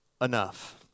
enough